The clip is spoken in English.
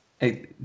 hey